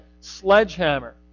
sledgehammer